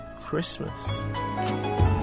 Christmas